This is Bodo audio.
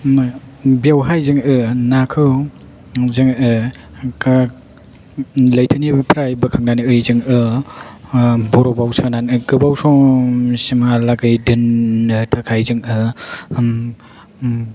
बेवहाय जोङो नाखौ जोङो लैथोनिफ्राय बोखांनानै जोङो बर'फआव सोनानै गोबाव सम सिमहालागै दोननो थाखाय जोङो